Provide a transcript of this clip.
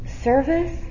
service